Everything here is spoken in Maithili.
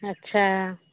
अच्छा